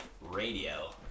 radio